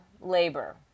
labor